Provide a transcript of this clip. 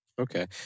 Okay